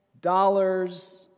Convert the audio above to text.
dollars